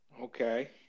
Okay